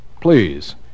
Please